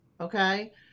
Okay